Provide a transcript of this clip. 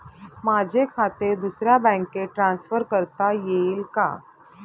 माझे खाते दुसऱ्या बँकेत ट्रान्सफर करता येईल का?